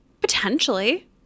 Potentially